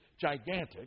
gigantic